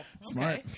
smart